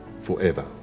forever